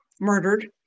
murdered